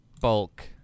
bulk